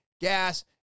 gas